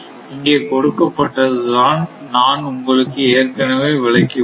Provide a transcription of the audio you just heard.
இங்கே கொடுக்கப் பட்டது தான் நான் உங்களுக்கு ஏற்கனவே விளக்கி உள்ளேன்